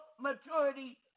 maturity